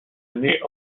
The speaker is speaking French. n’ait